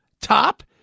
Top